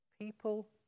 People